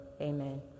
Amen